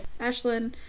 Ashlyn